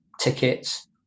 tickets